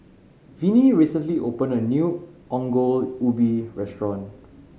Vinie recently opened a new Ongol Ubi restaurant